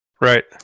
Right